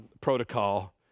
protocol